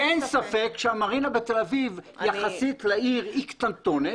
אין ספק שהמרינה בתל אביב יחסית לעיר היא קטנטונת